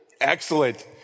Excellent